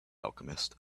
alchemist